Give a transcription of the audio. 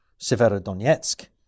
Severodonetsk